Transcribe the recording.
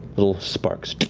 little sparks